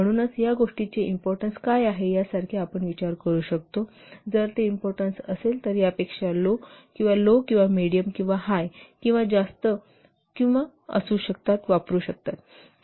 म्हणूनच या गोष्टीचे इम्पॉर्टन्स काय आहे यासारखे आपण विचार करू शकता जर ते इम्पॉर्टन्स असेल तर यापेक्षा लो किंवा लो किंवा मेडीयम किंवा हाय किंवा जास्त हाय वापरू शकतात